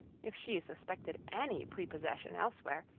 if she suspected any prepossession elsewhere,